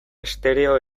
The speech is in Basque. estereo